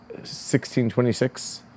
1626